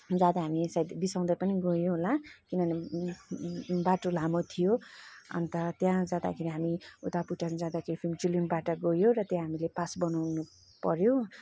जाँदा हामीहरू सायद बिसाउँदै पनि गयौँ होला किनभने बाटो लामो थियो अन्त त्यहाँ जाँदाखेरि हामी उता भुटान जाँदाखेरि फुन्चुलिङ फाटक गयौँ र त्यहाँ हामीले पास बनाउनुपऱ्यो